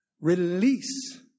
Release